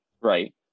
Right